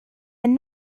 and